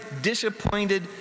disappointed